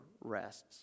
rests